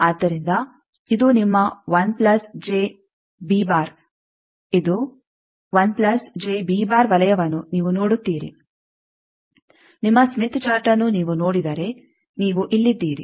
ಆದ್ದರಿಂದ ಇದು ನಿಮ್ಮ ಇದು ವಲಯವನ್ನು ನೀವು ನೋಡುತ್ತೀರಿ ನಿಮ್ಮ ಸ್ಮಿತ್ ಚಾರ್ಟ್ಅನ್ನು ನೀವು ನೋಡಿದರೆ ನೀವು ಇಲ್ಲಿದ್ದೀರಿ